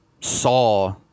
saw